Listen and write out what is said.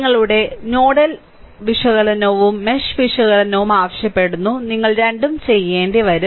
നിങ്ങളുടെ നോഡൽ വിശകലനവും മെഷ് വിശകലനവും ആവശ്യപ്പെടുന്നു നിങ്ങൾ രണ്ടും ചെയ്യേണ്ടിവരും